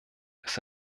ist